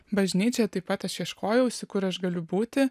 bažnyčią taip pat aš ieškojausi kur aš galiu būti